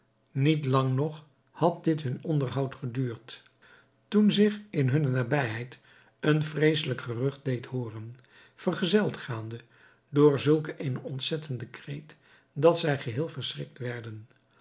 niet lang nog had dit hun onderhoud geduurd toen zich in hunne nabijheid een vreeselijk gerucht deed hooren vergezeld gaande door zulk eene ontzettende kreet dat zij geheel verschrikt werden